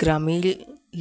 ग्रामीण